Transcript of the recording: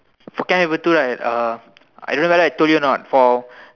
for chem paper two right uh I don't know whether I told you not for